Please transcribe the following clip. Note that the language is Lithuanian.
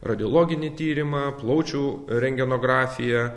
radiologinį tyrimą plaučių rentgenografiją